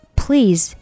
please